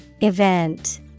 Event